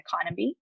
economy